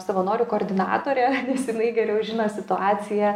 savanorių koordinatorė nes jinai geriau žino situaciją